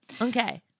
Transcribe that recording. Okay